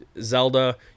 Zelda